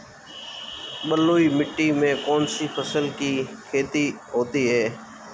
बलुई मिट्टी में कौनसी फसल की खेती होती है?